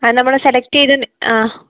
ആ നമ്മൾ സെലക്ട് ചെയ്ത ആ